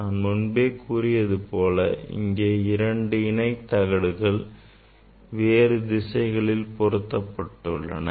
நான் முன்பே கூறியது போல இங்கே இரண்டு இணை தகடுகள் வேறு திசைகளில் பொருத்தப்பட்டு உள்ளன